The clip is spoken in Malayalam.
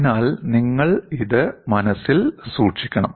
അതിനാൽ നിങ്ങൾ ഇത് മനസ്സിൽ സൂക്ഷിക്കണം